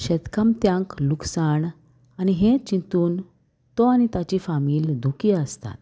शेतकामत्यांक लुकसाण आनी हें चिंतून तो आनी ताची फामील दुकी आसतात